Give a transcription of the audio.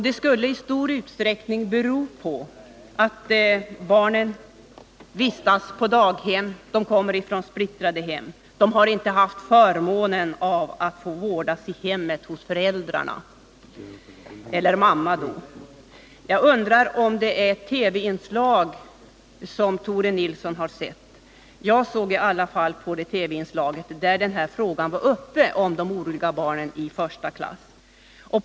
Det skulle i stor utsträckning bero på att barnen vistas på daghem, att de kommer från splittrade hem, att de inte haft förmånen att få vårdas i hemmen hos föräldrarna, hos mamma. Jag undrar om Tore Nilsson har sett ett TV-inslag som jag såg och där denna fråga om de oroliga barnen i första klass var uppe.